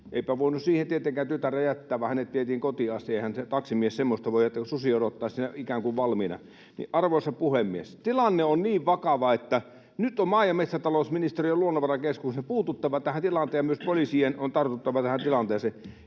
Eipä voinut siihen tietenkään tytärtä jättää, vaan hänet vietiin kotiin asti. Eihän se taksimies semmoista voi, kun susi odottaa siinä ikään kuin valmiina. Arvoisa puhemies! Tilanne on niin vakava, että nyt on maa- ja metsätalousministeriön ja Luonnonvarakeskuksen puututtava tähän tilanteeseen ja myös poliisien on tartuttava tähän tilanteeseen.